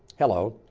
hello,